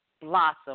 blossom